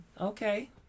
okay